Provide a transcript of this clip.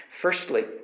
Firstly